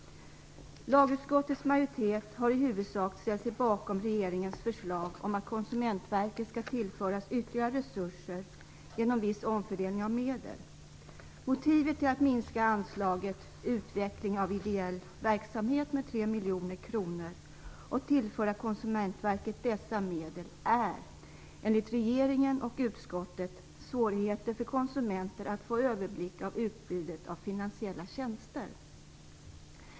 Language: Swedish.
Lagutskottets majoritet har i huvudsak ställt sig bakom regeringens förslag om att Konsumentverket skall tillföras ytterligare resurser genom viss omfördelning av medel. Motivet till att minska anslaget Utveckling av ideell verksamhet med tre miljoner kronor och tillföra Konsumentverket dessa medel är enligt regeringen och utskottet svårigheter för konsumenter att få överblick över utbudet av finansiella tjänster.